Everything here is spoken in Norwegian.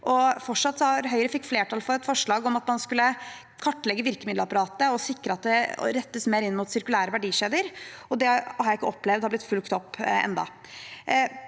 Høyre fikk flertall for et forslag om at man skulle kartlegge virkemiddelapparatet og sikre at det rettes mer inn mot sirkulære verdikjeder, og det har jeg ikke opplevd